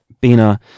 bina